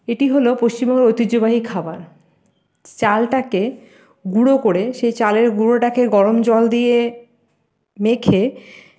এটি হল পশ্চিমবঙ্গের ঐতিহ্যবাহী খাবার চালটাকে গুঁড়ো করে সেই চালের গুঁড়োটাকে গরম জল দিয়ে মেখে